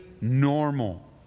normal